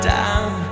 down